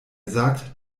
sagt